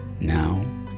now